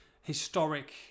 historic